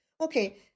Okay